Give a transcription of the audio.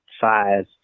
size